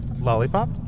Lollipop